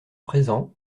présent